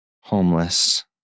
homeless